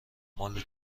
مال